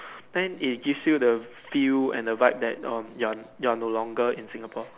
then it gives you the feel and the vibe that oh you're you're no longer in Singapore